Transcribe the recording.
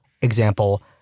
example